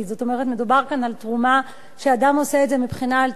מדובר כאן על תרומה שאדם עושה מבחינה אלטרואיסטית,